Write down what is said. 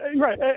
right